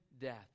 death